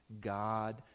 God